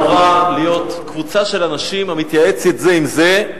אמורה להיות קבוצה של אנשים שבה מתייעצים זה עם זה,